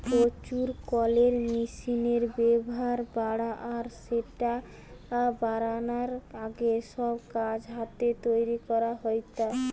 প্রচুর কলের মেশিনের ব্যাভার বাড়া আর স্যাটা বারানার আগে, সব কাগজ হাতে তৈরি করা হেইতা